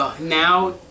Now